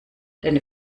deine